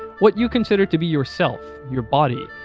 what you consider to be yourself, your body,